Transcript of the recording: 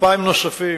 2,000 נוספים,